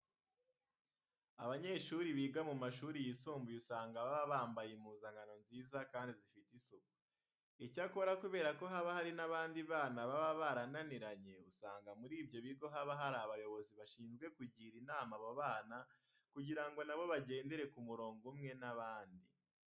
Abanyeshuri biga mu mashuri yisumbuye usanga baba bambaye impuzankano nziza kandi zifite isuku. Icyakora kubera ko haba hari n'abandi bana baba barananiranye, usanga muri ibyo bigo haba hari abayobozi bashinzwe kugira inama abo bana kugira ngo na bo bagendere ku murongo umwe n'abandi.